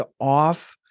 off